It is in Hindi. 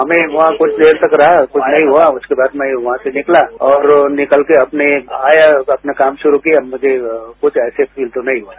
हमें वहां कुछ देर तक रहा कुछ नहीं हुआ उसके बाद मैं वहां से निकला और निकल के अपना आया अपना काम शुरू किया मुझे कुछ ऐसे फील तो नहीं हुआ